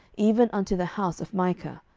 even unto the house of micah,